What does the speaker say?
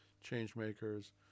change-makers